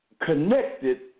connected